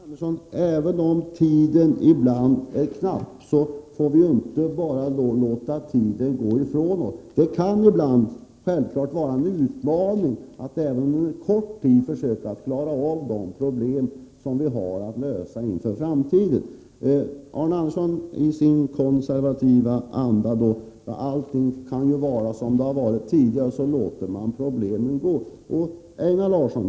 Fru talman! Ja, Arne Anderssoni Ljung, även om tiden ibland är knapp får vi inte bara låta den gå ifrån oss. Det kan självfallet vara en utmaning att även under kort tid försöka klara av de problem som vi har att lösa inför framtiden. Arne Andersson anser, i sin konservativa anda, att allt kan vara som det har varit tidigare, och så låter man problemen vara. Einar Larsson!